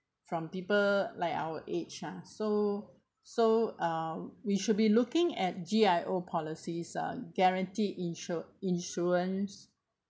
from people like our age ah so so uh we should be looking at G_I_O policies uh guaranteed insured insurance